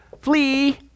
Flee